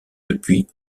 depuis